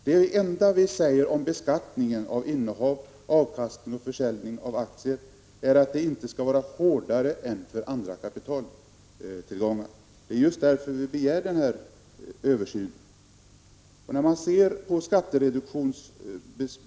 Det enda som vi säger om beskattningen av innehav, avkastning och försäljning av aktier är att den inte skall vara hårdare än för andra kapitaltillgångar. Det är just därför som vi begär denna översyn.